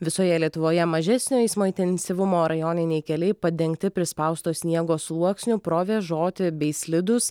visoje lietuvoje mažesnio eismo intensyvumo rajoniniai keliai padengti prispausto sniego sluoksniu provėžoti bei slidūs